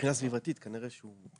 מבחינה סביבתית, כנראה שהוא פחות.